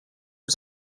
was